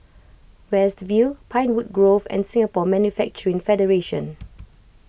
West View Pinewood Grove and Singapore Manufacturing Federation